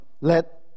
Let